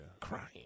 crying